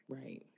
Right